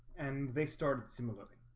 and they started similarly